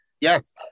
Yes